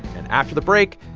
and after the break,